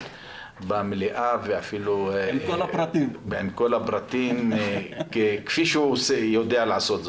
במליאה ועם כל הפרטים כפי שהוא יודע לעשות,